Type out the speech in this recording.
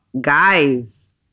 guys